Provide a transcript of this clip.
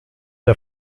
der